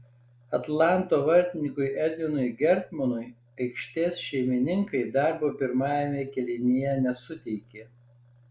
atlanto vartininkui edvinui gertmonui aikštės šeimininkai darbo pirmajame kėlinyje nesuteikė